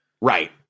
Right